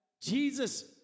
Jesus